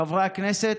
חברי הכנסת,